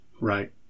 Right